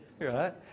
right